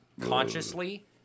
consciously